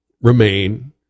remain